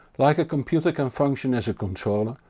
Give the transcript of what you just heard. like a computer can function as a controller,